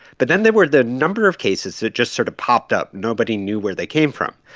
but then there were the number of cases that just sort of popped up. nobody knew where they came from.